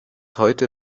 heute